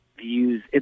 views